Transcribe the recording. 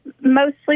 mostly